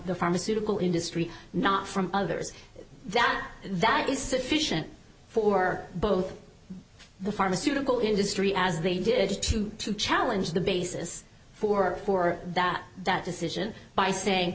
the pharmaceutical industry not from others that that is sufficient for both the pharmaceutical industry as they did to challenge the basis for that that decision by say